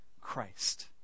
Christ